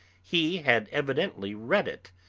he had evidently read it,